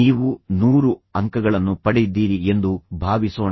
ನೀವು 100 ಅಂಕಗಳನ್ನು ಪಡೆದಿದ್ದೀರಿ ಎಂದು ಭಾವಿಸೋಣ